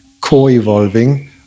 co-evolving